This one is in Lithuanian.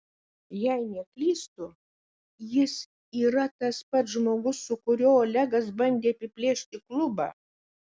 jei neklystu jis yra tas pats žmogus su kuriuo olegas bandė apiplėšti klubą